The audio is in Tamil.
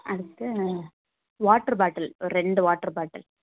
அடுத்து வாட்டரு பாட்டில் ஒரு ரெண்டு வாட்டரு பாட்டில்